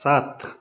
सात